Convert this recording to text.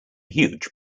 huge